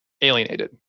alienated